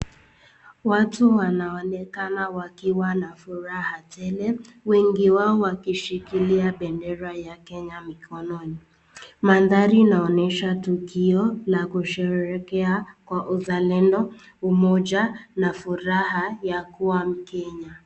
Watu wanaonekana wakiwa na furaha tele wengi wao wakishikilia bendera ya Kenya mikononi. Mandhari inaonyesha tukio la kusherehekea kwa uzalendo, umoja na furaha ya kuwa mkenya.